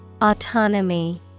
Autonomy